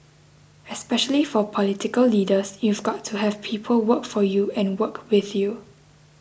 especially for political leaders you've got to have people work for you and work with you